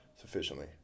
Sufficiently